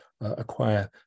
acquire